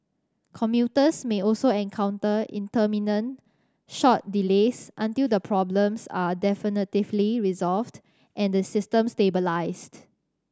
commuters may also encounter intermittent short delays until the problems are definitively resolved and the system stabilised